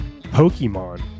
Pokemon